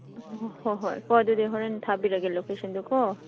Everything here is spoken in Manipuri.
ꯍꯣꯏ ꯍꯣꯏ ꯀꯣ ꯑꯗꯨꯗꯤ ꯍꯣꯔꯦꯟ ꯊꯥꯕꯤꯔꯒꯦ ꯂꯣꯀꯦꯁꯟꯗꯨꯀꯣ